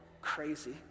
crazy